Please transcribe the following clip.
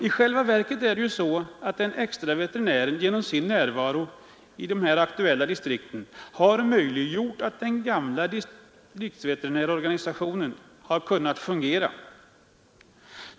I själva verket är det den extra veterinären som genom sin närvaro i de aktuella distrikten gjort att den gamla distriktsveterinärorganisationen fungerat.